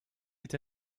est